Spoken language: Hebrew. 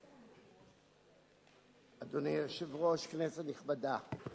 אדוני היושב-ראש, כנסת נכבדה,